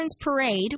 Parade